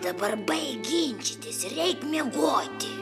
dabar baik ginčytis ir eik miegoti